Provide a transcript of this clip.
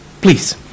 Please